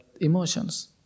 emotions